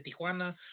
Tijuana